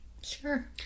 Sure